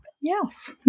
yes